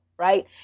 Right